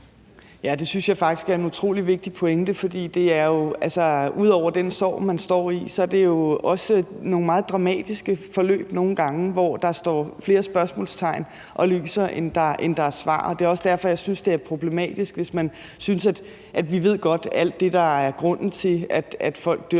Det synes jeg faktisk er en utrolig vigtig pointe, for ud over den sorg, man står i, er det også nogle gange nogle meget dramatiske forløb, hvor der står flere spørgsmålstegn og lyser, end der er svar, og det er også derfor, jeg synes, det er problematisk, hvis man synes, at vi godt ved alt det, der er grunden til, at folk dør,